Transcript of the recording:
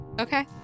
Okay